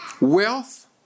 wealth